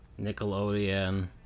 Nickelodeon